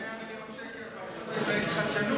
קיצצו 100 מיליון שקל ברשות הישראלית לחדשנות,